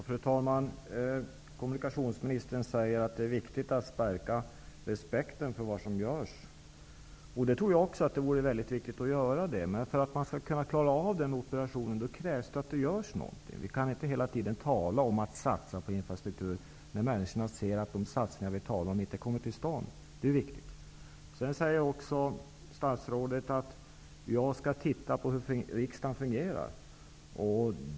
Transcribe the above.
Fru talman! Kommunikationsministern säger att det är viktigt att stärka respekten för vad som görs, och även jag tror att det är viktigt, men för att man skall klara den operationen krävs att man gör någonting. Vi kan inte hela tiden tala om att satsa på infrastrukturen när människorna ser att de satsningarna inte kommer till stånd. Det är viktigt. Statsrådet säger vidare att jag skall studera hur riksdagen fungerar.